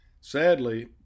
Sadly